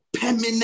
permanent